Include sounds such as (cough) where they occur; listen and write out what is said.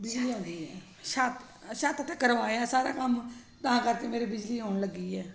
(unintelligible) ਛੱਤ ਛੱਤ ਤਾਂ ਕਰਵਾਇਆ ਸਾਰਾ ਕੰਮ ਤਾਂ ਕਰਕੇ ਮੇਰੇ ਬਿਜਲੀ ਆਉਣ ਲੱਗੀ ਹੈ